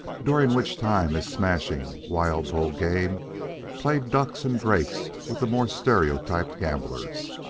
during which time his smashing, wild-bull game played ducks and drakes with the more stereotyped gamblers,